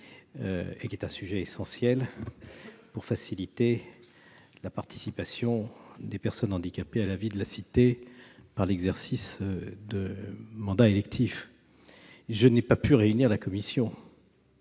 effectivement d'un sujet essentiel pour faciliter la participation des personnes handicapées à la vie de la cité, par l'exercice de mandats électifs. N'ayant pas pu réunir la commission,